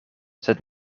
sed